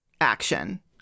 action